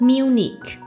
Munich